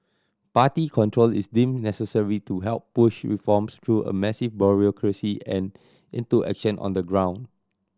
party control is deemed necessary to help push reforms through a massive bureaucracy and into action on the ground